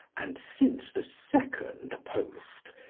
and since the second post,